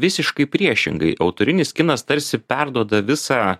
visiškai priešingai autorinis kinas tarsi perduoda visą